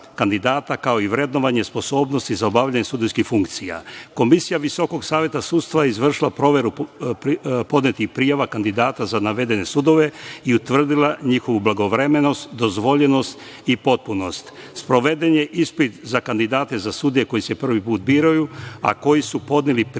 kao i vrednovanje sposobnosti za obavljanje sudijskih funkcija. Komisija Visokog saveta sudstva je izvršila proveru podnetih prijava kandidata za navedene sudove i utvrdila njihovu blagovremenost, dozvoljenost i potpunost. Sproveden je ispit za kandidate za sudije koji se prvi put biraju, a koji su podneli prijave